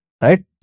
Right